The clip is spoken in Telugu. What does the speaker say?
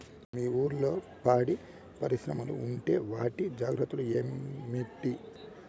మీ ఊర్లలో పాడి పరిశ్రమలు ఉంటే వాటి జాగ్రత్తలు ఏమిటి